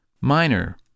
minor